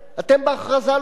אתם ציוניים,